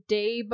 day